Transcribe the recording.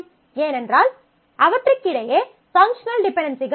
ஏனென்றால் அவற்றுக்கிடையே பங்க்ஷனல் டிபென்டென்சிகள் உள்ளன